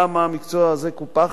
למה המקצוע הזה קופח.